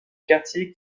quartier